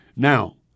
Now